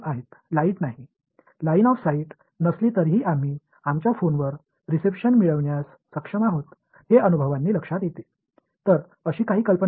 கோபுரத்தைப் பார்க்க முடியாவிட்டாலும் நம்முடைய தொலைபேசியில் சிக்னல் பெற முடிகிறது என்பதை அனுபவபூர்வமாகக் காண்கிறோம்